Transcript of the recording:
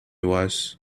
was